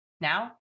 Now